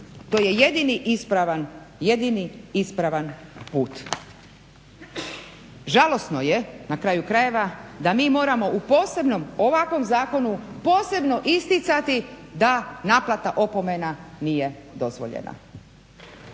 To je jedini ispravan put. Žalosno je na kraju krajeva da mi moramo u posebnom ovakvom zakonu posebno isticati da naplata opomena nije dozvoljena.